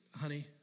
honey